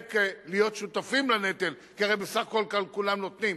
להיות שותפים לנטל, כי הרי בסך הכול כולם נותנים.